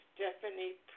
Stephanie